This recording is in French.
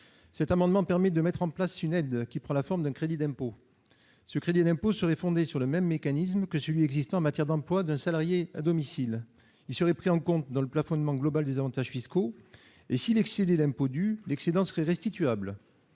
Cet amendement vise à mettre en place une aide qui prendrait la forme d'un crédit d'impôt. Ce crédit d'impôt serait fondé sur le même mécanisme que celui existant en matière d'emploi d'un salarié à domicile. Il serait pris en compte dans le plafonnement global des avantages fiscaux ; s'il excédait l'impôt dû, l'excédent serait restituable.